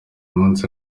munsi